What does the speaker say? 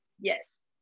yes